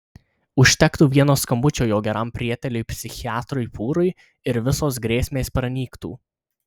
užtektų vieno skambučio jo geram prieteliui psichiatrui pūrui ir visos grėsmės pranyktų